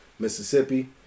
Mississippi